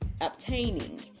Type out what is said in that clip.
obtaining